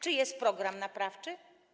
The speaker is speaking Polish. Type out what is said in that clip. Czy jest program naprawczy?